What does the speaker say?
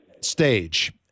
stage